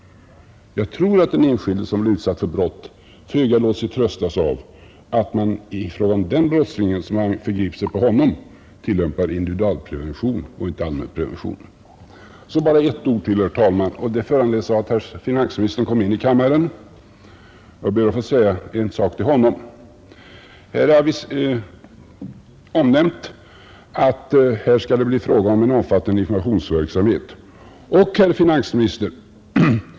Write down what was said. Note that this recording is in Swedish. Jag tror att den enskilde som blir utsatt för brott föga låter sig tröstas av att man för den brottsling som har förgripit sig på honom tillämpar individualpreventionen och inte allmänpreventionen. Så bara några ord till, herr talman, eftersom finansministern nu kom in i kammaren. Här har nämnts att det skall bli en omfattande informationsverksamhet.